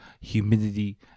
humidity